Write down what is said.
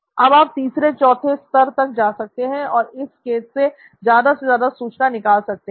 अब आप तीसरे चौथे स्तर तक जा सकते हैं और इस केस से ज्यादा सूचना निकाल सकते हैं